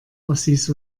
ossis